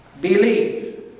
believe